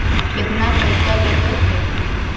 केतना पैसा लगय है?